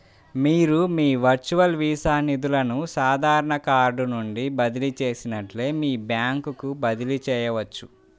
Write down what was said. మీరు మీ virtual visa నిధులను సాధారణ కార్డ్ నుండి బదిలీ చేసినట్లే మీ బ్యాంకుకు బదిలీ చేయవచ్చు